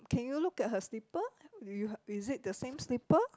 can you look at her slipper do you is it the same slipper